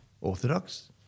Orthodox